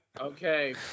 Okay